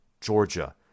Georgia